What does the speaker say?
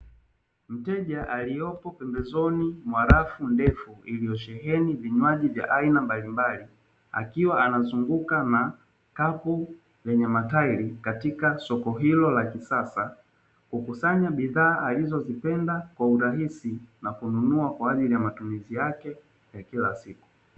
Mteja aliyopo pembezoni mwa rafu ndefu iliyosheheni vinywaji vya aina mbalimbali, akiwa anazunguka na kapu lenye matairi katika soko hilo la kisasa, kukusanya bidhaa alizozipenda kwa urahisi na kununua kwa ajili ya matumizi yake ya kila siku.